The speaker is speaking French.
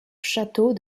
château